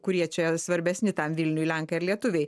kurie čia svarbesni tam vilniuj lenkai ar lietuviai